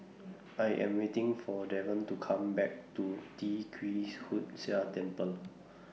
I Am waiting For Daren to Come Back to Tee Kwee Hood Sia Temple